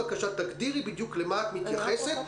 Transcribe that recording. תגדירי בדיוק למה את מתייחסת,